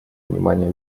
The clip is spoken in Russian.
внимание